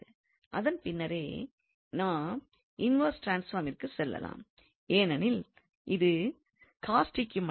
அதன் பின்னர் நாம் இன்வெர்ஸ் ட்ரான்ஸ்பார்மிற்கு செல்லலாம் ஏனெனில் இது க்கு மட்டுமே